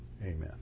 Amen